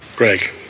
Greg